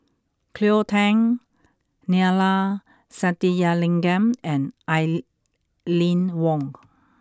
Cleo Thang Neila Sathyalingam and Aline Wong